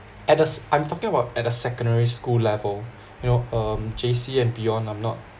at a I'm talking about at a secondary school level you know um J_C and beyond I'm not